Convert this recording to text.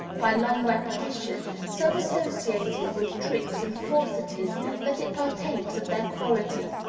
by long repetition, so associated with tricks and falsities that it partakes of their quality.